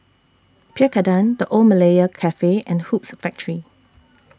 Pierre Cardin The Old Malaya Cafe and Hoops Factory